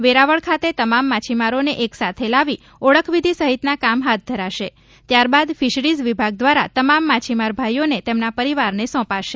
વેરાવળ ખાતે તમામ માછીમારોને એક સાથે લાવી ઓળખવિધિ સહિતના કામ હાથ ધરાશે ત્યાર બાદ ફિશરીઝ વિભાગ દ્વારા તમામ માછીમાર ભાઇને તેમના પરિવારને સોંપાશે